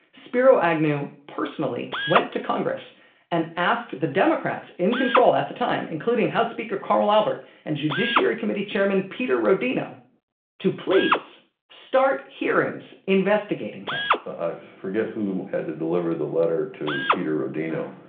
spiro agnew personally went to congress and asked the democrats in control at the time including house speaker carl albert and judiciary committee chairman peter rodino to please start hearings investigating him i but ah forget who had to deliver the letter to peter rodino,